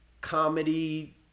comedy